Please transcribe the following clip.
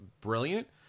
brilliant